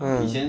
ah